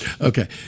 Okay